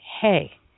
hey